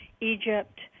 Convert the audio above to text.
Egypt